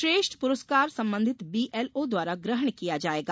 श्रेष्ठ पुरस्कार संबंधित बीएलओ द्वारा ग्रहण किया जायेगा